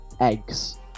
eggs